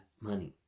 money